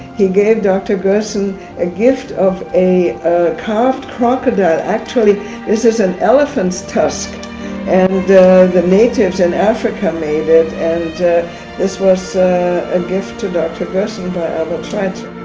he gave dr. gerson a gift of a carved crocodile, actually this is an elephant's tusk and the natives in africa made it. and this was a gift to dr. gerson by albert schweitzer.